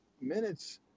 minutes